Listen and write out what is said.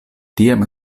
tiam